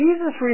Jesus